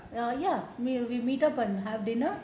err ya we will meet up and have dinner